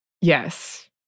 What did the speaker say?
Yes